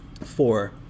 four